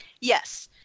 Yes